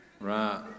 right